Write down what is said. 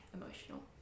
emotional